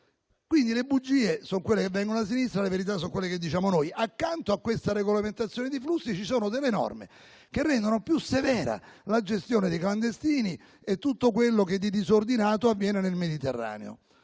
Quindi, le bugie sono quelle che vengono da sinistra e le verità sono quelle che diciamo noi. Accanto a questa regolamentazione di flussi, ci sono norme che rendono più severa la gestione dei clandestini e tutto quello che di disordinato avviene nel Mediterraneo.